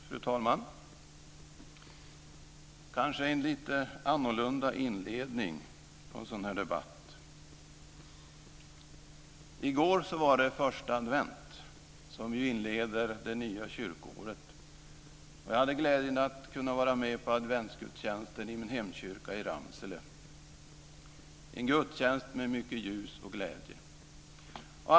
Fru talman! Jag har kanske en lite annorlunda inledning på en sådan här debatt. I går var det första advent som ju inleder det nya kyrkoåret. Jag hade glädjen att kunna vara med på adventsgudstjänsten i min hemkyrka i Ramsele, en gudstjänst med mycket ljus och glädje.